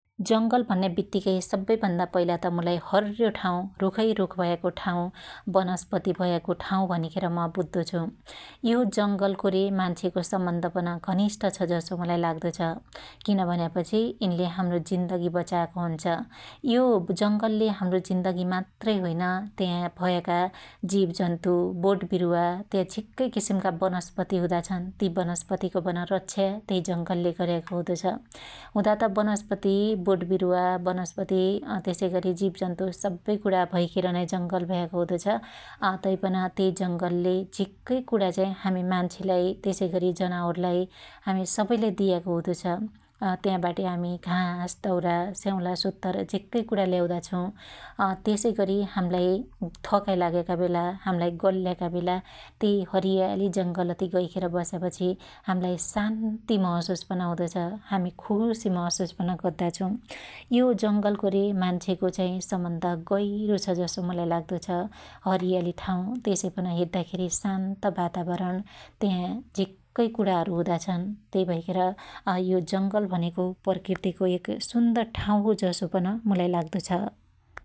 जंगल भन्या बित्तीकै सब्बै भन्दा पहिला त मुलाई हर्यो ठाँउ, रुखैरुख भयाको ठाँउ बनस्पती भयाको ठाँउ भनिखेर म बुद्दोछु। यो जंगलको रे मान्छेको सम्बन्ध पन घनिष्ठ छ जसो मुलाई लाग्दो छ । किन भन्यापछी इन्ले हाम्रो जीन्दगी बचायाको हुन्छ। यो जंगलले हाम्रो जीन्दगी मात्र होइन त्या भयाका जीव जन्तु, बोटबिरुवा त्या झिक्कै कीसिमका बनस्पती हुदा छन् ति बनस्पतीको पन रक्षा त्यइ जंगलले गर्याको हुदो छ । हुदा त बनस्पती बोटबिरुवा, बनस्पती त्यसैगरी जिवजन्तु सब्बै कुणा भैखेर नै जंगल भयाको हुदो छ । तैपन त्यै जंगलले झिक्कै कुणा चाइ हामि मान्छेलाई तेसैगरी, जनावरलाई हामी सबैले दियाको हुदो छ । त्या बाटी हामी घास, दाउरा ,स्याउला सोत्तर झिक्कै कुणा ल्याउदा छु । त्यसैगरी हाम्लाई थकाइ लाग्याका बेला हाम्लाई गल्याका बेला तै हरीयाली जंगलथी गैखेर बस्यापछी हाम्लाई शान्ति महशुस पन हुदो छ ,हामी खुशी महशुस पन गद्दो छु । यो जंगलको रे मान्छेको चाइ सम्बन्ध गइरो छ जसो मुलाई लाग्दो छ । हरीयाली ठाँउ त्यसैपन हेद्दाखेरी शान्त वातावरण त्याहाँ झिक्कै कुणा हुदा छन । त्यै भैखेर यो जंगल भन्याको प्रकृतीको एक सुन्दर ठाँउ हो जसो पन मुलाई लाग्दो छ ।